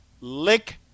lick